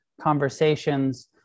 conversations